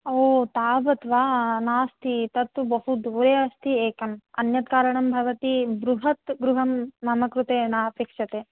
तावत् वा नास्ति तत्तु बहु दूरे अस्ति एकम् अन्यत् कारणं भवति बृहत् गृहं मम कृते नापेक्ष्यते